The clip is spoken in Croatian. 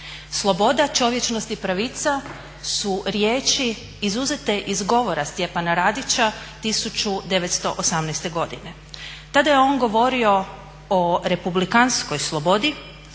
"Sloboda, čovječnost i pravica" su riječi izuzete iz govora Stjepana Radića 1918.godine. Tada je on govorio o republikanskoj slobodi